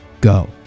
Go